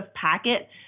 packet